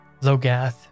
Logath